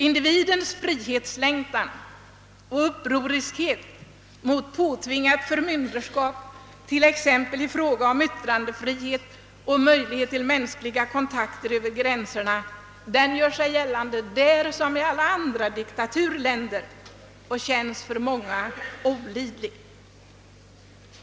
Individens frihetslängtan och upproriskhet mot påtvingat förmynderskap, t.ex. i fråga om yttrandefrihet och möjlighet till mänskliga kontakter över gränserna, gör sig gällande där som i alla andra diktaturländer, och det känns olidligt för många.